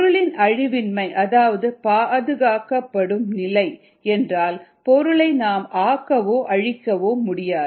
பொருளின் அழிவின்மை அதாவது பாதுகாக்கப்படும் நிலை என்றால் பொருளை நாம் ஆக்கவோ அழிக்கவோ முடியாது